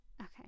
Okay